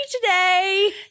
today